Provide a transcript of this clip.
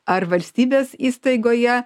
ar valstybės įstaigoje